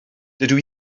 dydw